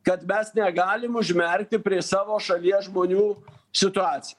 kad mes negalim užmerkti prieš savo šalies žmonių situaciją